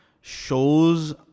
shows